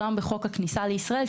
גם בחוק הכניסה לישראל,